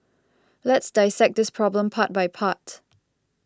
let's dissect this problem part by part